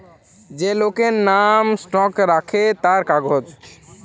যে লোকের নাম স্টক রাখে তার কাগজ